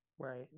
Right